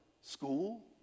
school